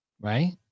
Right